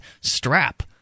strap